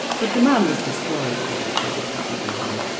but the man was destroyed by by what happened to him,